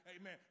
Amen